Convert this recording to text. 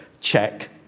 check